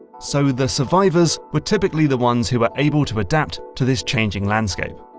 so the survivors were typically the ones who were able to adapt to this changing landscape.